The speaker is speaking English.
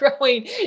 growing